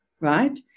right